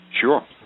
Sure